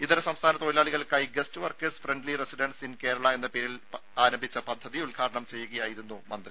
ഇതര സംസ്ഥാന തൊഴിലാളികൾക്കായി guest workers friendly residence in Kerala എന്ന പേരിൽ ആരംഭിച്ച പദ്ധതി തിരുവനന്തപുരത്ത് ഉദ്ഘാടനം ചെയ്യുകയായിരുന്നു മന്ത്രി